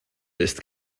ist